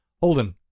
Holden